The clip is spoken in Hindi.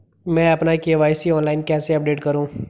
मैं अपना के.वाई.सी ऑनलाइन कैसे अपडेट करूँ?